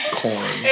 corn